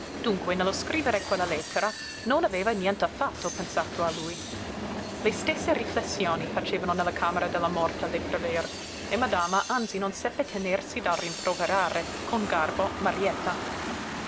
dunque nello scrivere quella lettera non aveva nient'affatto pensato a lui le stesse riflessioni facevano nella camera della morta le prever e madama anzi non seppe tenersi dal rimproverare con garbo marietta